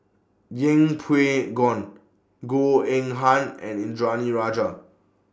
Yeng Pway Ngon Goh Eng Han and Indranee Rajah